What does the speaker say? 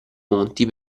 monti